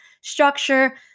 structure